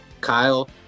Kyle